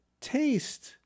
taste